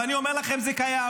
ואני אומר לכם, זה קיים.